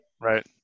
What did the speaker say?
right